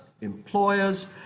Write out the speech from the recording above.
employers